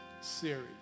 series